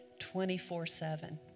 24-7